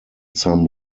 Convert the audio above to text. some